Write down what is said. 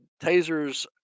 tasers